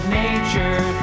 nature